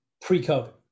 pre-COVID